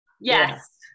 yes